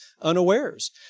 unawares